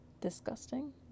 Disgusting